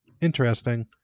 Interesting